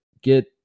get